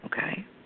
okay